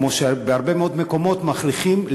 כמו שבהרבה מאוד מקומות מכריחים,